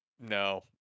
no